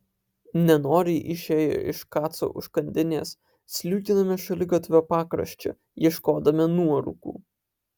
nenoriai išėję iš kaco užkandinės sliūkinome šaligatvio pakraščiu ieškodami nuorūkų